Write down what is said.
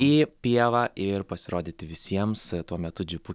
į pievą ir pasirodyti visiems tuo metu džipu